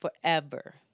forever